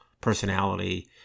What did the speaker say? personality